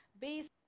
based